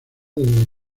desde